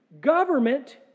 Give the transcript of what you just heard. Government